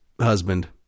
husband